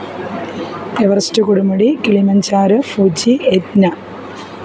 Everest കൊടുമുടി Kilimanjaro Fuji യത്ന